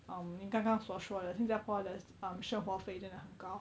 um 你刚刚所说的新加坡 um 生活费真的很高